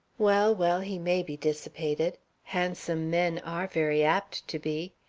well, well, he may be dissipated handsome men are very apt to be.